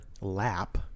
lap